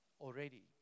already